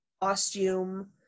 costume